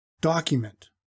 Document